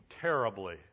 terribly